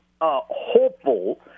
hopeful